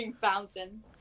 fountain